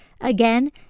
Again